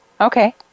Okay